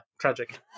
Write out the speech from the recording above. tragic